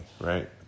right